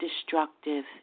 destructive